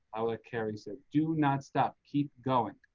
i like kerry said do not stop. keep going.